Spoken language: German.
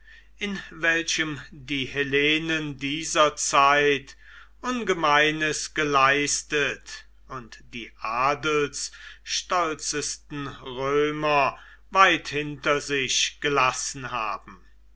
in welchem die hellenen dieser zeit ungemeines geleistet und die adelsstolzesten römer weit hinter sich gelassen haben